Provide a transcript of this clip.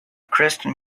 kristen